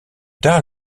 tard